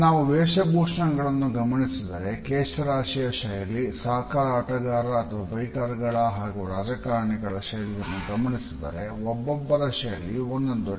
ನಾವು ವೇಷಭೂಷಣಗಳನ್ನು ಗಮನಿಸಿದರೆ ಕೇಶರಾಶಿಯ ಶೈಲಿ ಸಾಕರ್ ಆಟಗಾರರ ಅಥವಾ ಬೈಕರ್ ಗಳ ಹಾಗು ರಾಜಕಾರಣಿಗಳ ಶೈಲಿಯನ್ನುಗಮನಿಸಿದರೆ ಒಬ್ಬಬ್ಬರ ಶೈಲಿಯು ಒಂದೊಂದು ರೀತಿ ಇರುತ್ತದೆ